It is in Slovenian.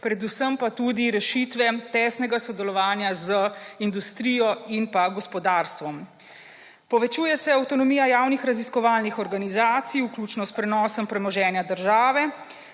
predvsem pa tudi rešitve tesnega sodelovanja z industrijo in gospodarstvom. Povečuje se avtonomija javnih raziskovalnih organizacij, vključno s prenosom premoženja države,